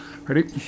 Ready